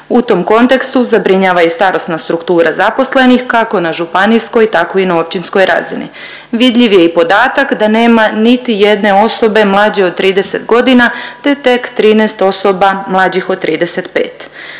U tom kontekstu zabrinjava i starosna struktura zaposlenih kako na županijskoj tako i na općinskoj razini. Vidljiv je i podatak da nema niti jedne osobe mlađe od 30.g., te tek 13 osoba mlađih od 35.